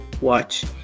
watch